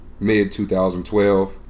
mid-2012